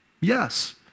Yes